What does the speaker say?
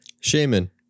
Shaman